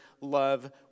love